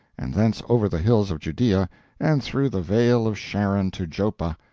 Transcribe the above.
and thence over the hills of judea and through the vale of sharon to joppa,